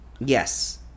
Yes